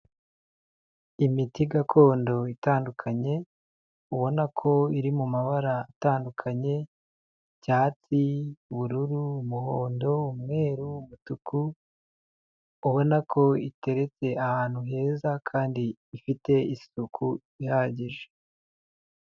Imiti gakondo itandukanye, ubona ko iri mu mabara atandukanye, icyatsi, ubururu, umuhondo, umweru, umutuku, ubona ko iteretse ahantu heza kandi ifite isuku ihagije.